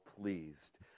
pleased